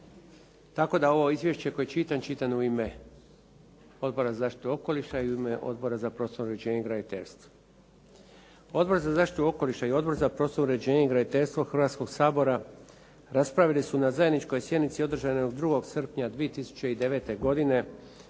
tako da ovo izvješće koje čitam čitam u ime Odbora za zaštitu okoliša i u ime Odbora za prostorno uređenje i graditeljstvo. Odbor za zaštitu okoliša i Odbor za prostorno uređenje i graditeljstvo Hrvatskoga sabora raspravili su na zajedničkoj sjednici, održanoj 2. srpnja 2009. godine